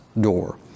door